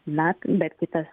na bet kitas